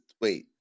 wait